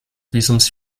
visums